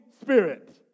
Spirit